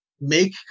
make